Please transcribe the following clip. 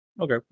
okay